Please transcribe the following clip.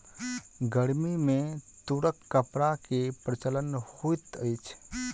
गर्मी में तूरक कपड़ा के प्रचलन होइत अछि